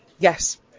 Yes